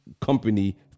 company